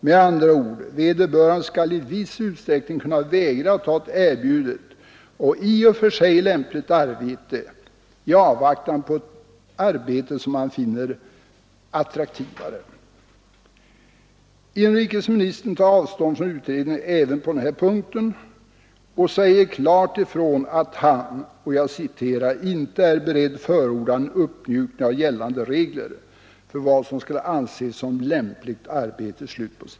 Med andra ord: vederbörande skall i viss utsträckning kunna vägra ta ett erbjudet och i och för sig lämpligt arbete i avvaktan på ett arbete som han finner mer attraktivt. Inrikesministern tar avstånd från utredningen även på denna punkt och säger klart ifrån att han inte är ”——— beredd förorda en uppmjukning av gällande regler för vad som skall anses som lämpligt arbete”.